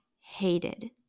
hated